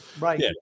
Right